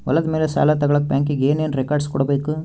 ಹೊಲದ ಮೇಲೆ ಸಾಲ ತಗಳಕ ಬ್ಯಾಂಕಿಗೆ ಏನು ಏನು ರೆಕಾರ್ಡ್ಸ್ ಕೊಡಬೇಕು?